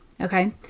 okay